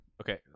Okay